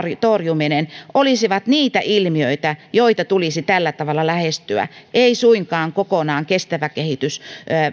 torjuminen olisivat niitä ilmiöitä joita tulisi tällä tavalla lähestyä ei suinkaan kokonaan kestävä kehitys